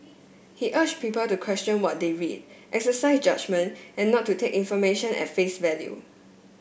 he urged people to question what they read exercise judgement and not to take information at face value